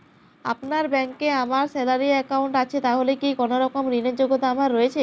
আপনার ব্যাংকে আমার স্যালারি অ্যাকাউন্ট আছে তাহলে কি কোনরকম ঋণ র যোগ্যতা আমার রয়েছে?